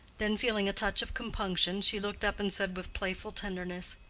then, feeling a touch of compunction, she looked up and said with playful tenderness,